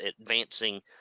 advancing